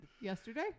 Yesterday